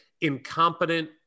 incompetent